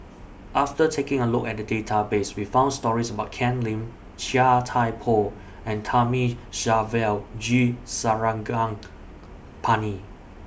after taking A Look At The Database We found stories about Ken Lim Chia Thye Poh and Thamizhavel G Sarangapani